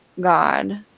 god